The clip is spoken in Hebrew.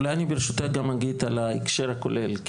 אולי אני ברשותך גם אגיד על ההקשר הכולל.